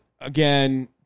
again